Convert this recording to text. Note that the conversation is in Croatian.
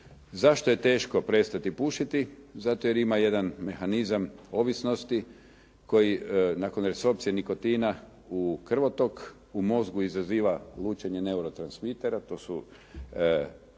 Zašto je teško prestati pušiti? Zato jer ima jedan mehanizam ovisnosti koji nakon resorpcije nikotina u krvotok u mozgu izaziva lučenje neurotranslitera. To su